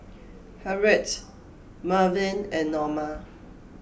Harriette Malvin and Norma